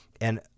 And-